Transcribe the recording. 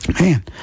Man